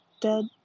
dead